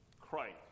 Christ